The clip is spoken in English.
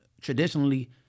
traditionally